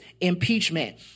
impeachment